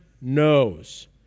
knows